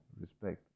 respect